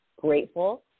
grateful